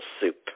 soup